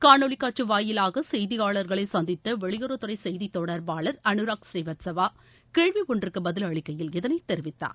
காட்சி வாயிலாக செய்தியாளர்களை சந்தித்த வெளியுறவுத்துறை காணொளி செய்தித்தொடர்பாளர் அனுராக் ஸ்ரீவத்ஸவா கேள்வி ஒன்றுக்கு பதில் அளிக்கையில் இதனை தெரிவித்தார்